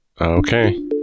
Okay